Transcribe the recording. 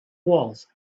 was